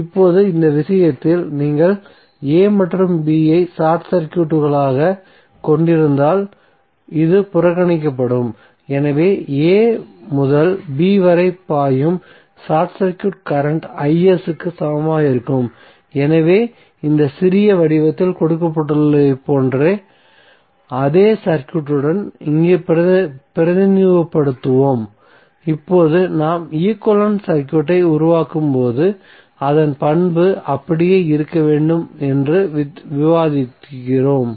இப்போது இந்த விஷயத்தில் நீங்கள் a மற்றும் b ஐ ஷார்ட் சர்க்யூட்டாகக் கொண்டிருந்தால் இது புறக்கணிக்கப்படும் எனவே a முதல் b வரை பாயும் ஷார்ட் சர்க்யூட் கரண்ட் க்கு சமமாக இருக்கும் எனவே இங்கே சிறிய வடிவத்தில் கொடுக்கப்பட்டுள்ளதைப் போன்ற அதே சர்க்யூட்டுடன் இங்கு பிரதிநிதித்துவப்படுத்துவோம் இப்போது நாம் ஈக்விவலெண்ட் சர்க்யூட்டை உருவாக்கும்போது அதன் பண்பு அப்படியே இருக்க வேண்டும் என்று விவாதிக்கிறோம்